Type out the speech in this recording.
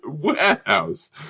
warehouse